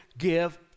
Give